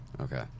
Okay